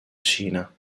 cina